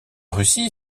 russie